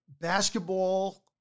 Basketball